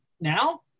now